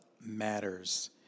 matters